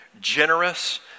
generous